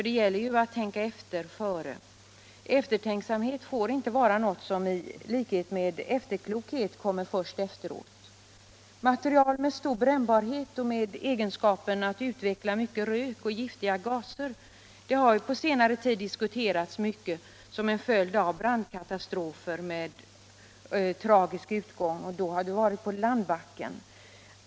Det gäller ju att ”tänka efter före” — eftertänksamhet får inte vara något som i likhet med efterklokhet kommer först efteråt. Material med stor brännbarhet och egenskaperna att utveckla mycket rök och giftiga gaser har på senare tid diskuterats mycket som en följd av brandkatastrofer med tragisk utgång. Det har då gällt fall som inträffat på landbacken.